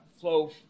flow